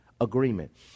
agreement